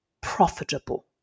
profitable